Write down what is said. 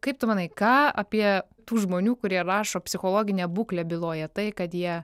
kaip tu manai ką apie tų žmonių kurie rašo psichologinę būklę byloja tai kad jie